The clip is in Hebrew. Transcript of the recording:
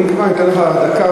אם כבר אתן לך דקה,